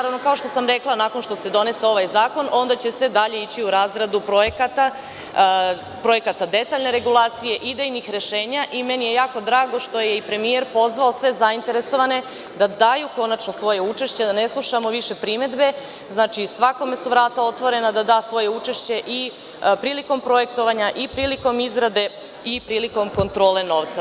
Kao što sam rekla, nakon što se donese ovaj zakon, onda će se dalje ići u razradu projekata detaljne regulacije, idejnih rešenja i meni je jako drago što je premijer pozvao sve zainteresovane da daju konačno svoje učešće, da ne slušamo više primedbe, svakome su vrata otvorena da da svoje učešće i prilikom projektovanja i prilikom izrade i prilikom kontrole novca.